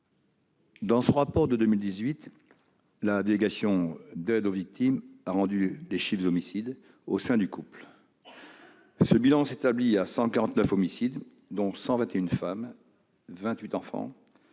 dans son rapport de 2018, la délégation d'aide aux victimes a donné des chiffres d'homicides au sein du couple. Le bilan s'établit à 149 homicides, dont 121 femmes et